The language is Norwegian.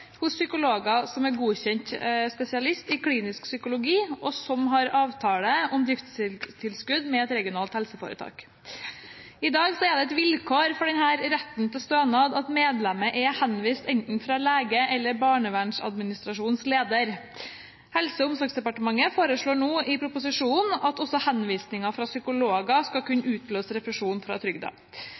hos psykolog som er godkjent spesialist i klinisk psykologi, og som har avtale om driftstilskudd med et regionalt helseforetak. Det er i dag et vilkår for denne retten til stønad at medlemmet er henvist fra enten lege eller barnevernsadministrasjonens leder. Helse- og omsorgsdepartementet foreslår i proposisjonen at også henvisninger fra psykologer skal kunne utløse refusjon fra trygden.